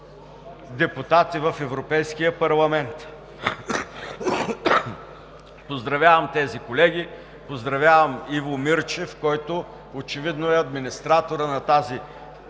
депутати в Европейския парламент. Поздравявам тези колеги! Поздравявам Иво Мирчев, който очевидно е един от най-дейните